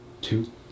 two